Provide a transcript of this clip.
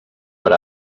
per